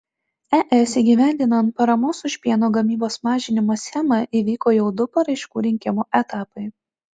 es įgyvendinant paramos už pieno gamybos mažinimą schemą įvyko jau du paraiškų rinkimo etapai